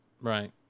Right